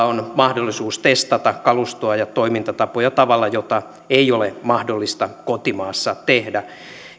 on mahdollisuus testata kalustoa ja toimintatapoja tavalla jota ei ole mahdollista kotimaassa tehdä